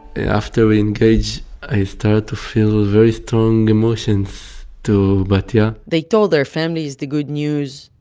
after we engage i start to feel very strong emotions to batya they told their families the good news,